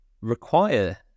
require